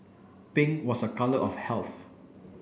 pink was a colour of health